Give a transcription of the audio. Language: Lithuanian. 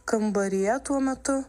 kambaryje tuo metu